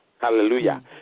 Hallelujah